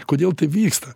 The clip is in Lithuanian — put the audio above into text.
kodėl tai vyksta